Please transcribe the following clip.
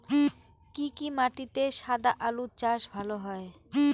কি কি মাটিতে সাদা আলু চাষ ভালো হয়?